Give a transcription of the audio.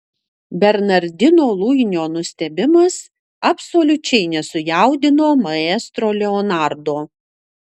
bernardino luinio nustebimas absoliučiai nesujaudino maestro leonardo